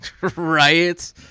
Right